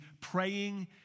praying